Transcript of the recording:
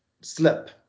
slip